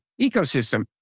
ecosystem